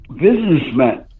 businessmen